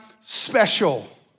special